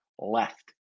left